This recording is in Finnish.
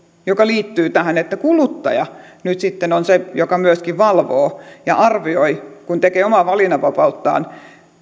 joka liittyy tähän että kuluttaja nyt sitten on se joka myöskin valvoo ja arvioi kun tekee omaa valinnanvapauttaan